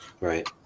Right